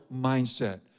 mindset